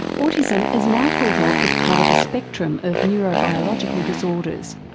autism is now thought ah of as part of a spectrum of neurobiological disorders.